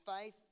faith